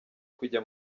kujya